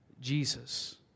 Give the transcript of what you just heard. Jesus